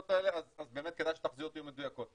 האלה אז באמת כדאי שהתחזיות יהיו מדויקות,